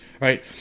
right